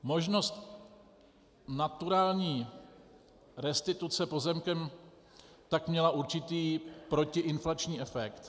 Možnost naturální restituce pozemkem tak měla určitý protiinflační efekt.